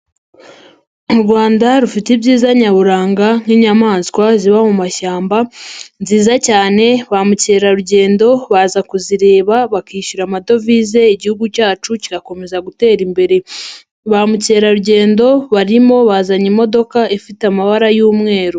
U Rwanda rufite ibyiza nyaburanga nk'inyamaswa ziba mu mashyamba nziza cyane ba mukerarugendo baza kuzireba, bakishyura amadovize igihugu cyacu kigakomeza gutera imbere. Ba mukerarugendo barimo, bazanye imodoka ifite amabara y'umweru.